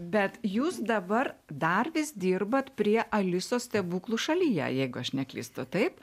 bet jūs dabar dar vis dirbat prie alisos stebuklų šalyje jeigu aš neklystu taip